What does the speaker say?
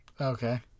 Okay